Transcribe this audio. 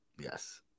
Yes